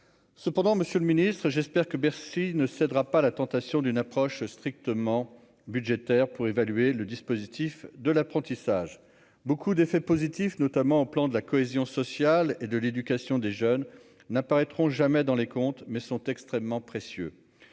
Cependant Monsieur le Ministre, j'espère que Bercy ne cédera pas à la tentation d'une approche strictement budgétaires pour évaluer le dispositif de l'apprentissage, beaucoup d'effets positifs, notamment au plan de la cohésion sociale et de l'éducation des jeunes n'apparaîtront jamais dans les comptes mais sont extrêmement précieux,